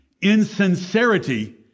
insincerity